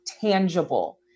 tangible